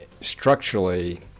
structurally –